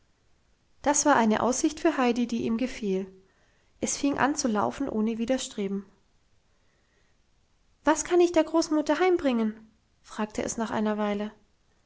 das war eine aussicht für heidi die ihm gefiel es fing an zu laufen ohne widerstreben was kann ich der großmutter heimbringen fragte es nach einer welle